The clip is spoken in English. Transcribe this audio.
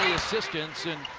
assistants, and,